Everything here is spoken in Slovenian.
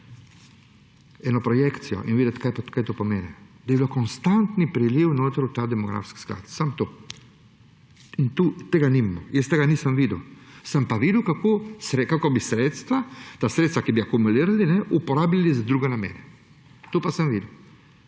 eno projekcijo in videti, kaj to pomeni, da bi bil konstantni priliv v ta demografski sklad, samo to. In tukaj tega nimamo. Jaz tega nisem videl. Sem pa videl, kako bi sredstva, ta sredstva, ki bi jih akumulirali, uporabili za druge namene. To pa sem videl.